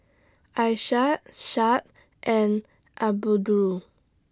Aisyah and Abdul